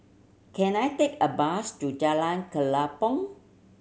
can I take a bus to Jalan Kelempong